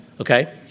okay